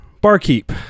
barkeep